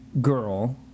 girl